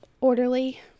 orderly